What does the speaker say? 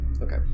Okay